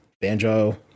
Banjo